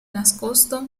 nascosto